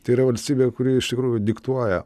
tai yra valstybė kuri iš tikrųjų diktuoja